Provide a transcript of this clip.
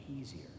easier